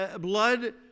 blood